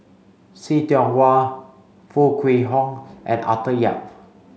See Tiong Wah Foo Kwee Horng and Arthur Yap